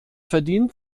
verdient